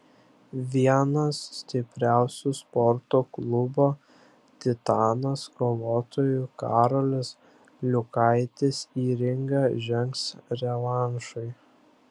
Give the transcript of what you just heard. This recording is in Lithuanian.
vienas stipriausių sporto klubo titanas kovotojų karolis liukaitis į ringą žengs revanšui